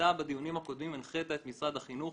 שאתה בדיונים הקודמים הנחית את משרד החינוך